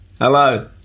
Hello